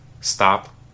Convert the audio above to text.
stop